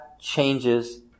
changes